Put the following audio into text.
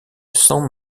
san